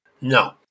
No